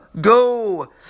go